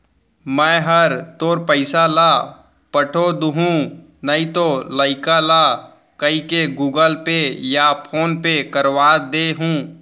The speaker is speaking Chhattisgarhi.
मैं हर तोर पइसा ल पठो दुहूँ नइतो लइका ल कइके गूगल पे या फोन पे करवा दे हूँ